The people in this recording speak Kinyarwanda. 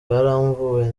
bwaramvuwe